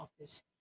office